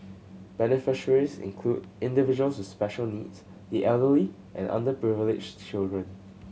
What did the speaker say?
beneficiaries included individuals with special needs the elderly and underprivileged children